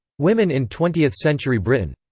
women in twentieth-century britain.